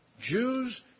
Jews